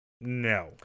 No